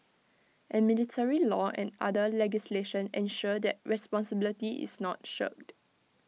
and military law and other legislation ensure that responsibility is not shirked